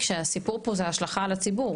כשהסיפור פה זה השלכה על הציבור.